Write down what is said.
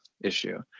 issue